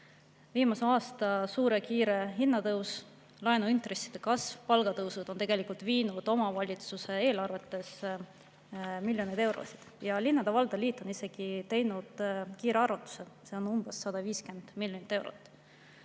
Viimase aasta kiire hinnatõus, laenuintresside kasv ja palgatõusud on tegelikult viinud omavalitsuste eelarvest miljoneid eurosid. Linnade-valdade liit on isegi teinud kiire arvutuse – see on umbes 150 miljonit eurot.